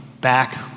back